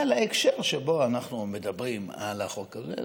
אבל ההקשר שבו אנחנו מדברים על החוק הזה,